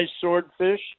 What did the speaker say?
swordfish